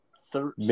third